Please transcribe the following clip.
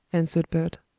answered bert.